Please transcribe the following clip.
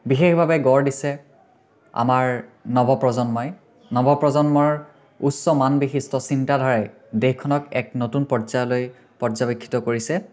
বিশেষভাৱে গঢ় দিছে আমাৰ নৱ প্ৰজন্মই নৱ প্ৰজন্মৰ উচ্চ মান বিশিষ্ট চিন্তাধাৰাই দেশখনক এক নতুন পৰ্যায়লৈ পৰ্যবেক্ষিত কৰিছে